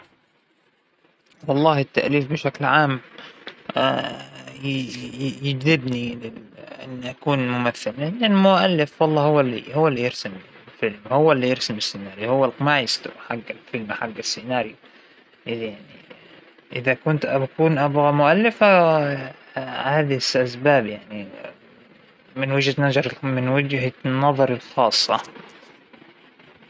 أتمنى أنى أكون مؤلفة مشهورة، لأنى كثير أحب القراية والكتابة، لكن ما بعرف امثل و ما عندى هاى الموهبة اصلا، وما جيت فكرت اصلاً إنى أمثل من قبل، لكن حاولت أكثر من مرة إنى أكتب قصة قصيرة، أو شىء من هذا القبيل و يعنى كانت مغامرة حلوة.